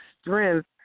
strength